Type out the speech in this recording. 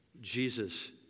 Jesus